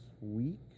week